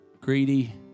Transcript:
Greedy